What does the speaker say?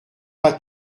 pas